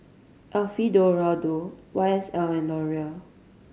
Alfio Raldo Y S L and Laurier